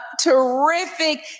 terrific